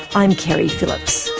i'm keri phillips.